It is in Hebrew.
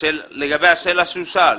לגבי השאלה שהוא שאל.